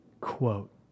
Quote